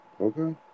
Okay